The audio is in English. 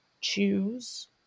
choose